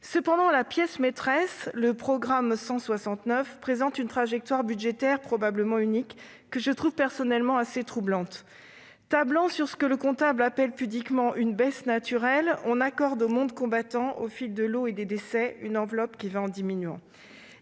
» de la mission, le programme 169, présente une trajectoire budgétaire probablement unique, que je trouve personnellement assez troublante. Tablant sur ce que le comptable appelle pudiquement une « baisse naturelle », on accorde au monde combattant, au fil de l'eau et des décès, une enveloppe qui va diminuant.